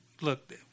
look